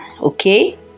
okay